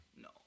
No